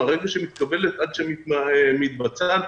מרגע שמתקבלות ועד שמתבצעות.